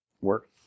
work